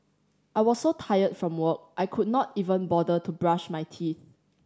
I was so tired from work I could not even bother to brush my teeth